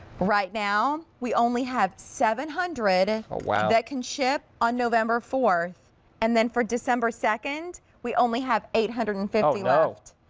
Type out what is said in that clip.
right now we only have seven hundred ah that can ship on november four and then for december second, we only have eight hundred and fifty left.